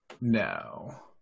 no